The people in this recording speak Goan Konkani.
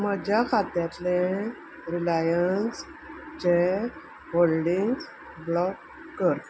म्हज्या खात्यांतले रिलायन्सचे होल्डिंग्स ब्लॉक कर